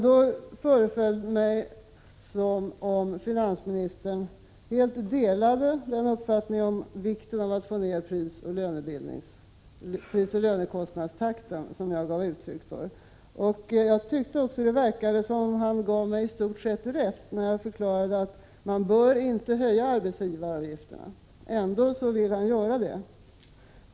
Det föreföll som om finansministern helt delade den uppfattning som jag gav uttryck för om vikten av att få ner prisoch lönekostnadstakten. Jag tyckte också att det verkade som om han gav mig i stort sett rätt när jag förklarade att man inte bör höja arbetsgivaravgifterna. Ändå vill han göra det.